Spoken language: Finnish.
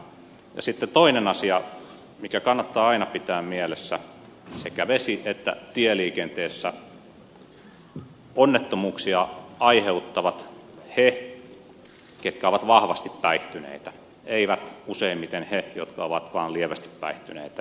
sitten toinen asia mikä kannattaa aina pitää mielessä sekä vesi että tieliikenteessä on se että onnettomuuksia aiheuttavat ne jotka ovat vahvasti päihtyneitä eivät useimmiten ne jotka ovat vaan lievästi päihtyneitä